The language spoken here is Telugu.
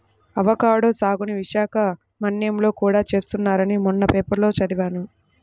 అవకాడో సాగుని విశాఖ మన్యంలో కూడా చేస్తున్నారని మొన్న పేపర్లో చదివాను